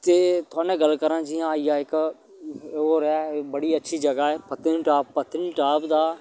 ते थुआढ़े नै गल्ल करांऽ जि'यां आइया इक होर ऐ बड़ी अच्छी जगह् ऐ पत्नीटॉप पत्नीटॉप दा